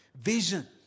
vision